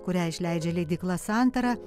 kurią išleidžia leidykla santara